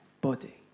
body